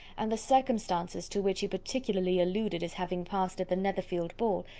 and the circumstances to which he particularly alluded as having passed at the netherfield ball,